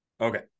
Okay